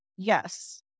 Yes